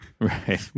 Right